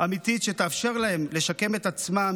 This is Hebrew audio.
אמיתית שתאפשר להם לשקם את עצמם,